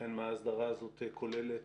האם ההסדרה הזאת כוללת